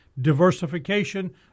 diversification